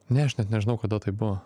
ne aš net nežinau kada tai buvo